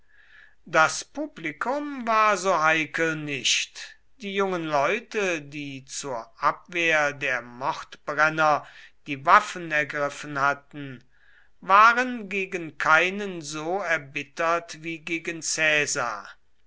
das publikum war so heikel nicht die jungen leute die zur abwehr der mordbrenner die waffen ergriffen hatten waren gegen keinen so erbittert wie gegen caesar